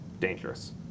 dangerous